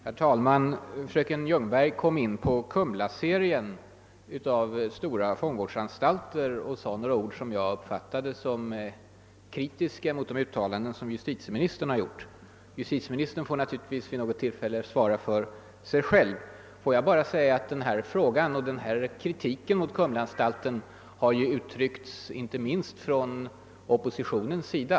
Herr talman! Fröken Ljungberg gick in på frågan om Kumlaserien och stora fångvårdsanstalter över huvud taget. Hon sade några ord som jag uppfattade såsom kritiska mot de uttalanden som justitieministern gjort. Herr Geijer får naturligtvis svara för sig själv. Jag vill bara säga att kritiken mot Kumlaanstalten har uttryckts inte minst från oppositionens håll.